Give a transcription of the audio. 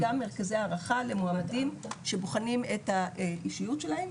גם מרכזי הערכה למועמדים שבוחנים את האישיות שלהם.